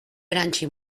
erantsi